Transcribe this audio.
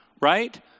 right